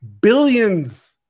billions